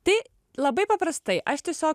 tai labai paprastai aš tiesiog